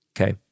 Okay